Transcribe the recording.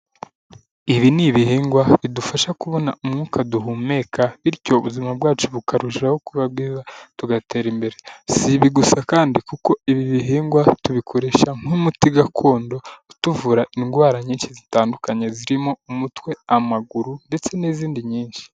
Ibi ni ibihingwa bidufasha kubona umwuka duhumeka, bityo ubuzima bwacu bukarushaho kuba bwiza tugatera imbere, si ibi gusa kandi kuko ibi bihingwa tubikoresha nk'umuti gakondo utuvura indwara nyinshi zitandukanye, zirimo umutwe, amaguru ndetse n'izindi nyinshi.